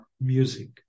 music